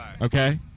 Okay